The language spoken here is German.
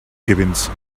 gewinnt